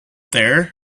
there